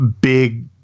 big